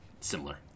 similar